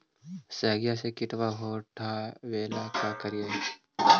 सगिया से किटवा हाटाबेला का कारिये?